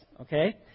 okay